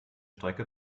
strecke